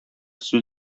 сүз